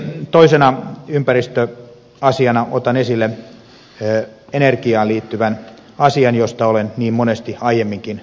toisena ympäristöasiana otan esille energiaan liittyvän asian josta olen niin monesti aiemminkin puhunut